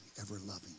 ever-loving